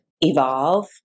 evolve